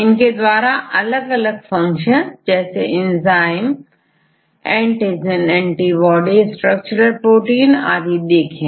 इनके द्वारा अलग अलग फंक्शन जैसे enzyme antigen antibody structural protein आदि देखें